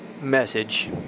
message